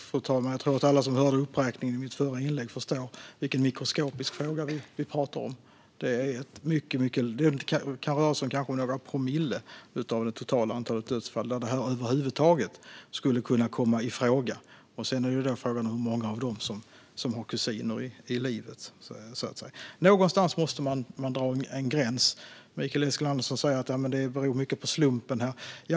Fru talman! Jag tror att alla som hörde uppräkningen i mitt förra inlägg förstår vilken mikroskopisk fråga vi talar om. Det kanske rör sig om några promille av det totala antalet dödsfall där detta över huvud taget skulle kunna komma i fråga. Sedan är det fråga om hur många av dem som har kusiner i livet. Någonstans måste man dra en gräns. Mikael Eskilandersson säger att det beror mycket på slumpen här.